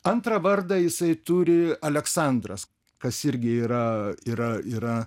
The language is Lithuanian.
antrą vardą jisai turi aleksandras kas irgi yra yra yra